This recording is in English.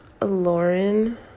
Lauren